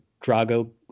Drago